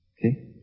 Okay